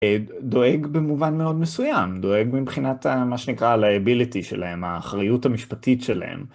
דואג במובן מאוד מסוים, דואג מבחינת מה שנקרא ה-liability שלהם, האחריות המשפטית שלהם.